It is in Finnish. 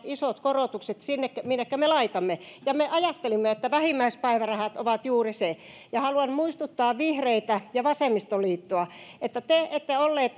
isot korotukset sinne minnekä me laitamme ja me ajattelimme että vähimmäispäivärahat ovat juuri se haluan muistuttaa vihreitä ja vasemmistoliittoa että te ette olleet